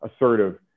assertive